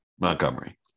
Montgomery